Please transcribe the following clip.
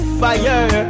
fire